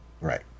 Right